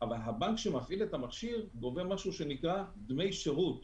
אבל הבנק שמפעיל את המכשיר גובה משהו שנקרא דמי שירות.